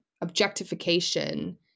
objectification